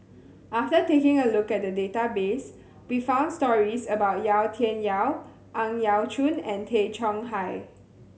after taking a look at the database we found stories about Yau Tian Yau Ang Yau Choon and Tay Chong Hai